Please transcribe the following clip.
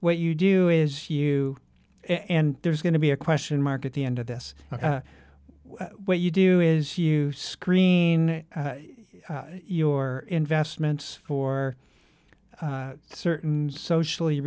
what you do is you and there's going to be a question mark at the end of this what you do is use screen your investments for certain socially